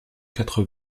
quatre